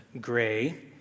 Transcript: gray